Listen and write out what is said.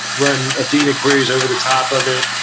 run athena queries over the top of it.